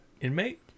inmate